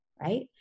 right